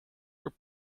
were